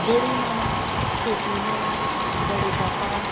बडी मां छटी मां बडे पापा